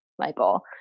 Michael